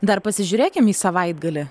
dar pasižiūrėkim į savaitgalį